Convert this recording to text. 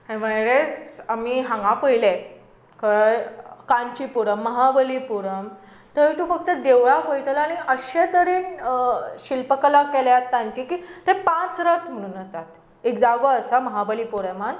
आमी हांगा पळयलें कांचीपुरम महाबलीपुरम थंय तूं फकत देवळां पळयतलो आनी अशे तरेन शिल्पकला केल्या तांची की ते पांच रथ म्हूण आसात एक जागो आसा महाबळीपुरमांत